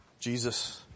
Jesus